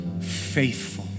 faithful